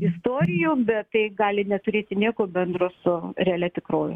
istorijų bet tai gali neturėti nieko bendro su realia tikrove